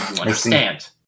understand